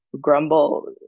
grumble